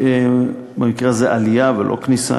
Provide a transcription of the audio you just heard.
במקרה הזה עלייה ולא כניסה,